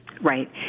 Right